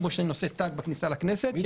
כמו שאני נושא תג בכניסה לכנסת.